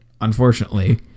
unfortunately